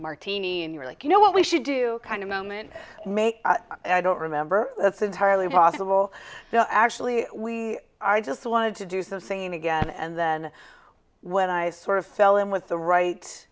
martini and you're like you know what we should do kind of moment make i don't remember that's entirely possible actually we are just wanted to do some singing again and then when i sort of fell in with the